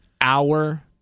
hour